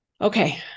Okay